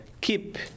keep